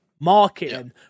Marketing